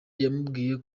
yamubwiye